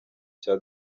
cya